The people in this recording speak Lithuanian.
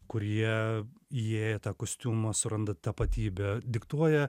kurie įėję tą kostiumą suranda tapatybę diktuoja